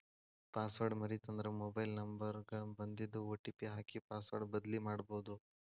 password ಮರೇತಂದ್ರ mobile number ಗ ಬನ್ದಿದ್ ಒ.ಟಿ.ಪಿ ಹಾಕಿ ಪಾಸ್ವರ್ಡ್ ಬದ್ಲಿಮಾಡ್ಬೊದು